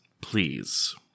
please